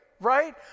right